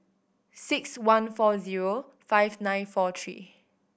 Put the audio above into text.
six one four zero five nine four three